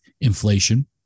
inflation